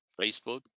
Facebook